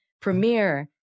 Premiere